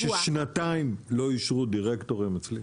נראה לך הגיוני ששנתיים לא אישרו דירקטור אצלנו?